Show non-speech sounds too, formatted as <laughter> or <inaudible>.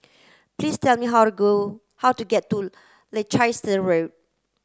please tell me how to go how to get to <unintelligible> Road